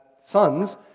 sons